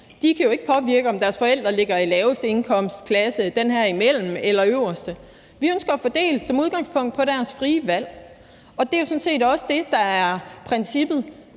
De kan jo ikke påvirke, om deres forældre ligger i den laveste indkomstklasse, den mellemste eller den øverste. Vi ønsker som udgangspunkt at fordele efter deres frie valg. Og det er jo sådan set også det, der i det